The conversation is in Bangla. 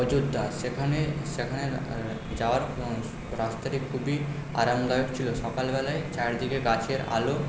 অযোধ্যা সেখানে সেখানে যাওয়ার রাস্তাটি খুবই আরামদায়ক ছিলো সকালবেলায় চারদিকে গাছের আলো